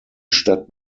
stadt